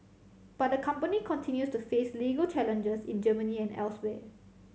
but the company continues to face legal challenges in Germany and elsewhere